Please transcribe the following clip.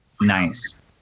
Nice